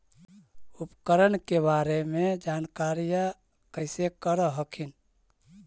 उपकरण के बारे जानकारीया कैसे कर हखिन?